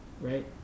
right